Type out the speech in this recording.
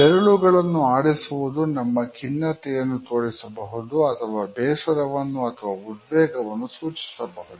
ಬೆರಳುಗಳನ್ನು ಆಡಿಸುವುದು ನಮ್ಮ ಖಿನ್ನತೆಯನ್ನು ತೋರಿಸಬಹುದು ಅಥವಾ ಬೇಸರವನ್ನು ಅಥವಾ ಉದ್ವೇಗವನ್ನು ಸೂಚಿಸಬಹುದು